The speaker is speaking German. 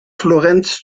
florenz